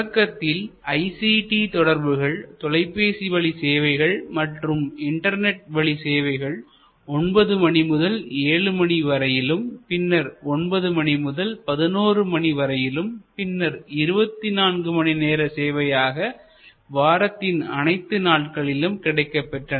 தொடக்கத்தில் ICT தொடர்புகள் தொலைபேசி வழி சேவைகள் மற்றும் இன்டர்நெட் வழி சேவைகள் 9 மணி முதல் 7மணி வரையிலும் பின்னர் 9 மணி முதல் 11 மணி வரையிலும் பின்னர் 24 மணி நேர சேவையாக வாரத்தின் அனைத்து நாட்களிலும் கிடைக்கப்பெற்றன